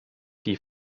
die